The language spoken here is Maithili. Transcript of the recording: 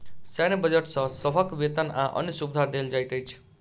सैन्य बजट सॅ सभक वेतन आ अन्य सुविधा देल जाइत अछि